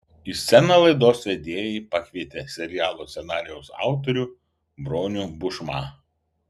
į sceną laidos vedėjai pakvietė serialo scenarijaus autorių bronių bušmą